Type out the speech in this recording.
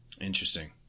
Interesting